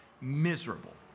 miserable